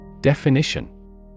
Definition